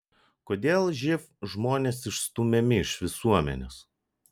kodėl živ žmonės išstumiami iš visuomenės